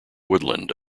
woodland